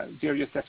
various